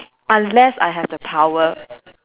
unless I have the power